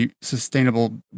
sustainable